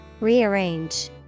Rearrange